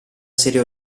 serie